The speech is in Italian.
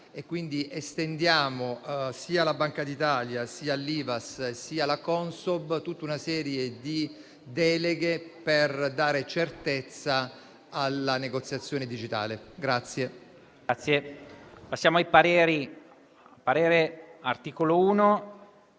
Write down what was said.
quindi estendiamo sia alla Banca d'Italia, sia all'Ivass, sia alla Consob, una serie di deleghe per dare certezza alla negoziazione digitale.